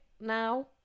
now